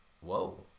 Whoa